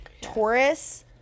taurus